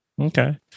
Okay